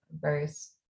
various